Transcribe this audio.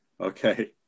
Okay